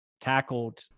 tackled